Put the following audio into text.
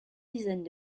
dizaines